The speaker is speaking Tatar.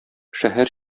шәһәр